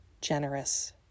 generous